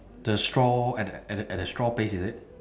the straw at the at the at the straw place is it